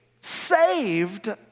saved